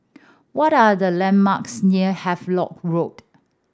what are the landmarks near Havelock Road